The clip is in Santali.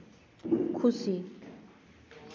ᱠᱷᱩᱥᱤ